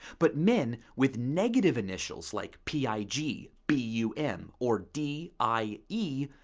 but men with negative initials, like p i g, b u m. or d i e.